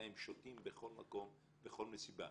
הם שותים בכל מקום, בכל מסיבה.